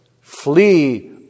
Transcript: Flee